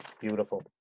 beautiful